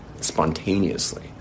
spontaneously